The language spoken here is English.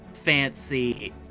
fancy